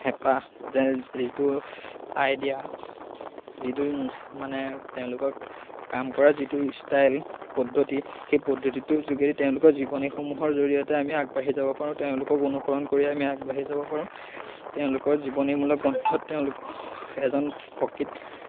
হেঁপাহ যে যিটো আইডিয়া যিটো মানে তেওঁলোকৰ কাম কৰা যিটো ষ্টাইল পদ্ধতি সেই পদ্ধতিটোৰ যোগেদি তেওঁলোকৰ জীৱনীসমূহৰ জৰিয়তে আমি আগবাঢ়ি যাব পাৰোঁ তেওঁলোকক অনুসৰণ কৰিয়ে আমি আগবাঢ়ি যাব পাৰোঁ তেওঁলোকৰ জীৱনীমূলক গ্ৰন্থত তেওঁলোক এজন প্ৰকৃত